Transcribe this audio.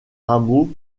rameaux